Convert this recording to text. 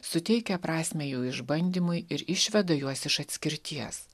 suteikia prasmę jų išbandymui ir išveda juos iš atskirties